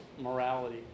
morality